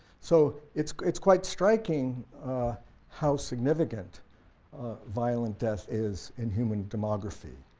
so it's it's quite striking how significant violent death is in human demography.